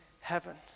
heaven